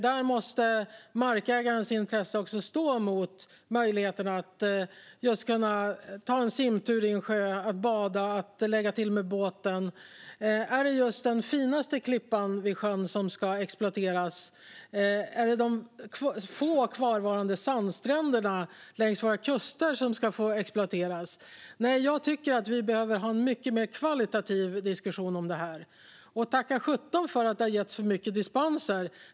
Där måste markägarens intressen stå mot möjligheten att ta en simtur i en sjö, att bada och att lägga till med båten. Är det just den finaste klippan vid sjön som ska exploateras? Är det de få kvarvarande sandstränderna längs våra kuster som ska få exploateras? Jag tycker att vi behöver ha en mycket mer kvalitativ diskussion om detta. Tacka sjutton för att det getts för mycket dispenser.